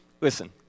Listen